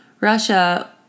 Russia